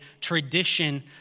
tradition